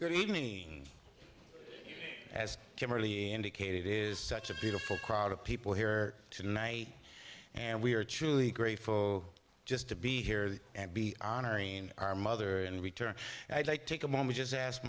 good evening as kimberly indicated is such a beautiful crowd of people here tonight and we are truly grateful just to be here and be honoring our mother and return i take a moment just as